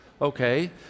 Okay